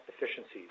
efficiencies